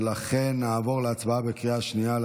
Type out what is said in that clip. ולכן נעבור להצבעה בקריאה שנייה על